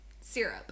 Syrup